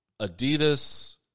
Adidas